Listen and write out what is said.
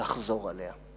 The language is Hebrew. לחזור עליה.